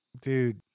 dude